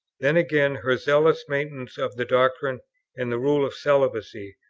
then, again, her zealous maintenance of the doctrine and the rule of celibacy,